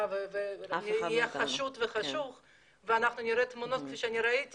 ויהיה לו משהו חשוד ואנחנו נראה תמונות כפי שאני ראיתי